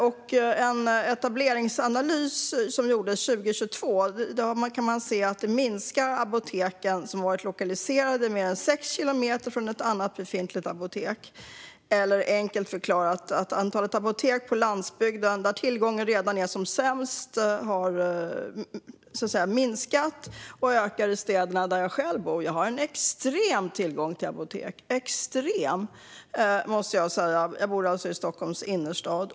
I en etableringsanalys som gjordes 2022 kan man se minskningen av apotek som varit lokaliserade mer än 6 kilometer från ett annat apotek. Enkelt förklarat: Antalet apotek på landsbygden, där tillgången redan är som sämst, har minskat. I stället ökar de i städerna, där jag själv bor. Jag har en extrem tillgång till apotek, måste jag säga! Jag bor i Stockholms innerstad.